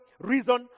reason